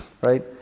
right